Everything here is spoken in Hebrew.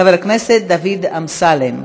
חבר הכנסת דוד אמסלם.